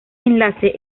enlace